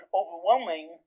overwhelming